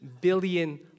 billion